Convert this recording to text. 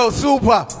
super